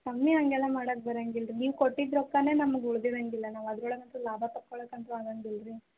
ಕಮ್ಮಿ ಹಂಗೆಲ್ಲ ಮಾಡಕ್ಕೆ ಬರಂಗಿಲ್ಲ ರೀ ನೀವು ಕೊಟ್ಟಿದ ರೊಕ್ಕನೆ ನಮ್ಗೆ ಉಳ್ದಿರಂಗಿಲ್ಲ ನಾವು ಅದ್ರೊಳಗಂತು ಲಾಭ ತಕೋಳಕಂತು ಆಗಂಗಿಲ್ರಿ